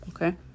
Okay